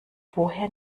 woher